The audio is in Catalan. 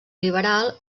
liberal